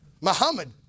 Muhammad